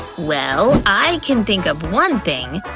well, i can think of one thing.